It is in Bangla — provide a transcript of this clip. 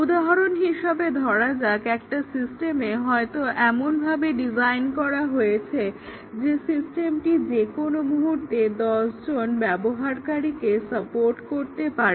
উদাহরণ হিসাবে ধরা যাক একটা সিস্টেম হয়তো এমনভাবে ডিজাইন করা হয়েছে যে সিস্টেমটি যেকোনো মুহূর্তে দশজন ব্যবহারকারীকে সাপোর্ট করতে পারে